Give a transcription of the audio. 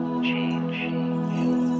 Change